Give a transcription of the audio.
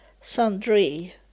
sundry